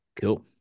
Cool